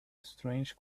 strange